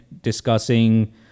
discussing